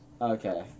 Okay